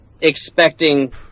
expecting